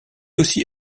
aussi